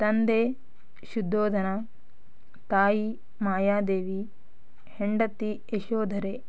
ತಂದೆ ಶುದ್ಧೋಧನ ತಾಯಿ ಮಾಯಾದೇವಿ ಹೆಂಡತಿ ಯಶೋಧರೆ